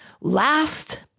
Last